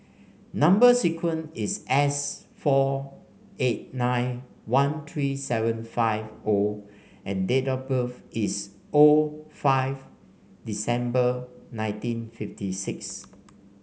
number sequence is S four eight nine one three seven five O and date of birth is O five December nineteen fifty six